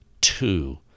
Two